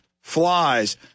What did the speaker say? flies